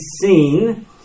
seen